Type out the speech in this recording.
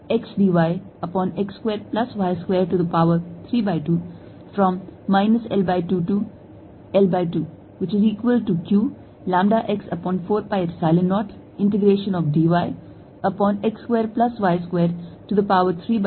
आप y बराबर x tangent theta को स्थानापन्न करते हैं ताकि dy x secant square theta d theta बन जाए